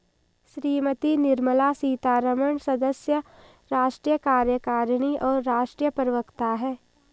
श्रीमती निर्मला सीतारमण सदस्य, राष्ट्रीय कार्यकारिणी और राष्ट्रीय प्रवक्ता हैं